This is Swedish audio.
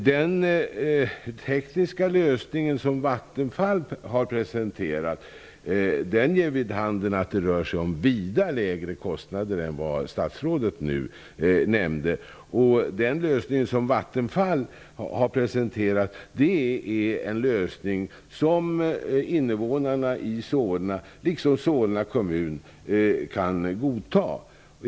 Fru talman! Den tekniska lösning som Vattenfall har presenterat ger vid handen att det rör sig om vida lägre kostnader än vad statsrådet nämnde. Den lösning som Vattenfall har presenterat är en lösning som innevånarna i Solna, liksom Solna kommun, kan godta.